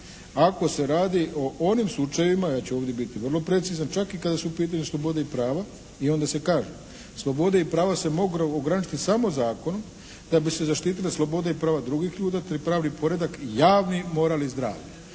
ako se radi o onim slučajevima ja ću ovdje biti vrlo precizan čak i kada su u pitanju slobode i prava i onda se kaže: “Slobode i prava se mogu ograničiti samo zakonom da bi se zaštitile slobode i prava drugih ljudi, te pravni poredak, javni moral i zdravlje.“